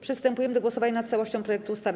Przystępujemy do głosowania nad całością projektu ustawy.